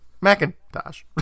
Macintosh